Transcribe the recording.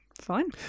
Fine